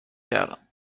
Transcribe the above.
کردم